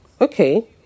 okay